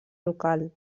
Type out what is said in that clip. local